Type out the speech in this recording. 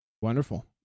Wonderful